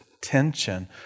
tension